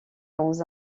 dans